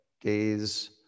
Gaze